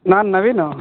ನಾನು ನವೀನು